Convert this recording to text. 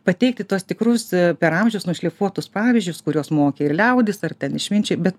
pateikti tuos tikrus per amžius nušlifuotus pavyzdžius kuriuos mokė ir liaudis ar ten išminčiai bet